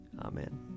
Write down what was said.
Amen